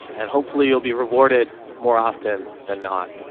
and hopefully you'll be rewarded more often than not.